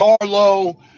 Carlo